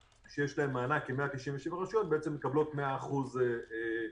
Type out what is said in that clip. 197 הרשויות בעלות המענק בעצם מקבלות 100% מענק.